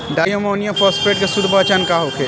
Di ammonium phosphate के शुद्ध पहचान का होखे?